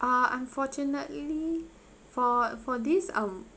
uh unfortunately for for this um